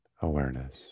awareness